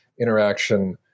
interaction